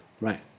Right